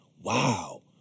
Wow